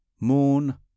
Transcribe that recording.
Moon